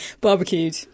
Barbecued